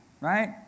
Right